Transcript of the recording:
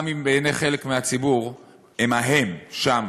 גם אם בעיני חלק מהציבור הם ההם, שם.